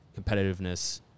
competitiveness